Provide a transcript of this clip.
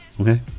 okay